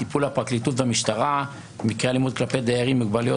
טיפול הפרקליטות והמשטרה במקרי אלימות כלפי דיירים עם מוגבלויות